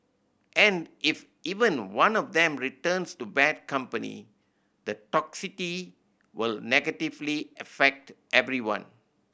and if even one of them returns to bad company the toxicity will negatively affect everyone